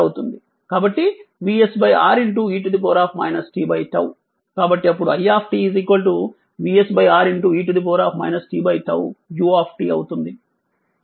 కాబట్టి VsR e t 𝝉 కాబట్టి అప్పుడు i VsR e t 𝝉 u అవుతుంది